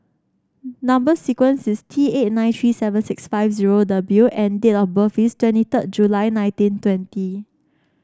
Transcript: number sequence is T eight nine three seven six five zero W and date of birth is twenty third July nineteen twenty